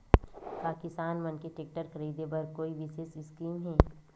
का किसान मन के टेक्टर ख़रीदे बर कोई विशेष स्कीम हे?